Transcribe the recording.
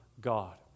God